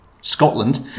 Scotland